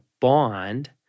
bond